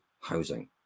housing